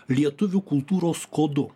lietuvių kultūros kodu